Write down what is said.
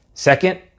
Second